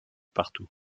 partout